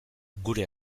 gure